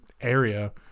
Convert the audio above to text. area